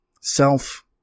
self